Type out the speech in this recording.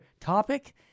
topic